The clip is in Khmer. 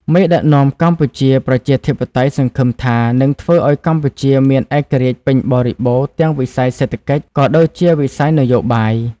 មេដឹកនាំកម្ពុជាប្រជាធិបតេយ្យសង្ឃឹមថា នឹងធ្វើឱ្យកម្ពុជាមាន ឯករាជ្យពេញបរិបូរណ៍ទាំងវិស័យសេដ្ឋកិច្ច ក៏ដូចជាវិស័យនយោបាយ។